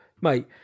mate